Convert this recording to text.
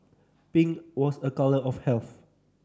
pink was a colour of health